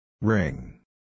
Ring